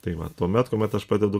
tai va tuomet kuomet aš padedu